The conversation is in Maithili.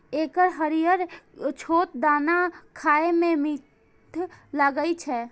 एकर हरियर छोट दाना खाए मे मीठ लागै छै